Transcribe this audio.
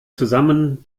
zusammen